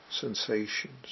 sensations